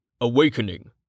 Awakening